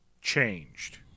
changed